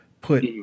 put